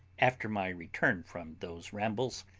after my return from those rambles,